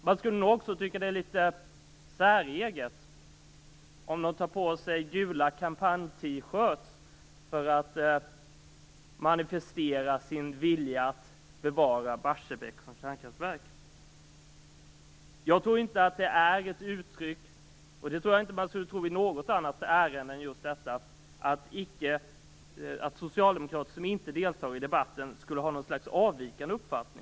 Man skulle nog också tycka att det är litet säreget att sätta på sig gula kampanj-T-shirtar för att manifestera sin vilja att bevara Barsebäck som kärnkraftsverk. Jag tror inte att det är ett uttryck - och inte heller i något annat ärende än just detta - att socialdemokrater som inte deltar i debatten skulle ha något slags avvikande uppfattning.